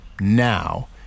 Now